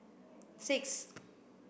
six